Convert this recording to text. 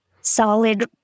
solid